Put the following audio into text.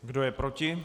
Kdo je proti?